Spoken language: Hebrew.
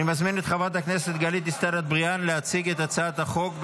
אני מזמין את חברת הכנסת גלית דיסטל אטבריאן להציג את הצעת החוק.